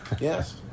Yes